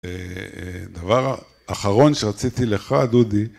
דבר אחרון שרציתי לך דודי